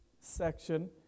section